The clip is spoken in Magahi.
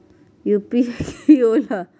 यू.पी.आई कि होला?